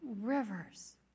rivers